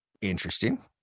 Interesting